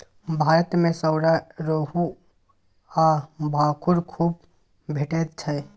भारत मे सौरा, रोहू आ भाखुड़ खुब भेटैत छै